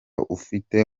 ufite